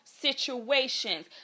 situations